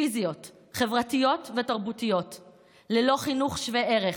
פיזיות, חברתיות ותרבותיות, ללא חינוך שווה ערך,